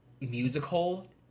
Musical